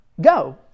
go